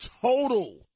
total